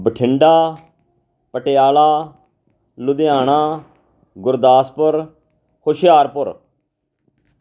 Bathinda Patiala Ludhiana Gurdaspur Hoshiarpur